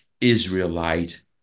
Israelite